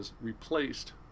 replaced